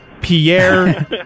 Pierre